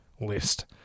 list